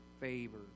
favor